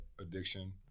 addiction